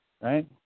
right